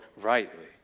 rightly